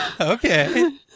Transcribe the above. Okay